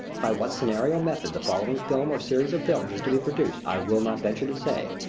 by what scenario method the following film or series of films is to be produced i will not venture to say.